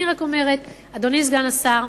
אני רק אומרת, אדוני סגן השר,